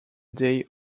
day